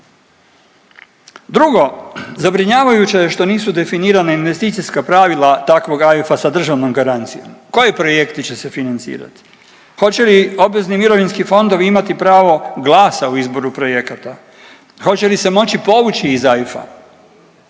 Drugo, zabrinjavajuće je što nisu definirana investicijska pravila takvog AIF-a sa državnom garancijom, koji projekti će se financirati, hoće li obvezni mirovinski fondovi imati pravo glasa u izboru projekata, hoće li se moći povući iz AIF-a,